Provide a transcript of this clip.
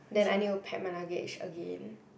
then I need to pack my luggage again